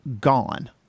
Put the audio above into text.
gone